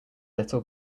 little